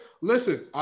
Listen